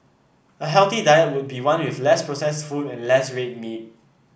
a healthy diet would be one with less processed foods and less red meat